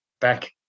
back